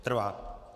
Trvá.